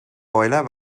boiler